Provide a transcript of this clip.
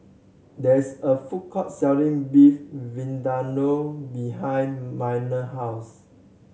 there is a food court selling Beef Vindaloo behind Minor house